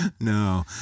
No